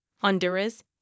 Honduras